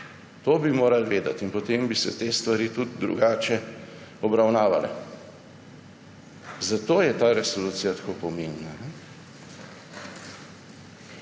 To bi morali vedeti in potem bi se te stvari tudi drugače obravnavale. Zato je ta resolucija tako pomembna.